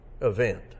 event